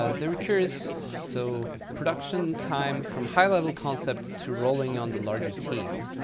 ah they were curious so production time from high-level concept to rolling on the larger team.